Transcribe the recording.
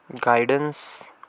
guidance